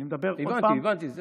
הבנתי, הבנתי.